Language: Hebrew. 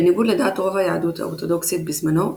בניגוד לדעת רוב היהדות אורתודוקסית בזמנו,